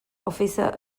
އޮފިސަރ